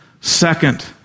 Second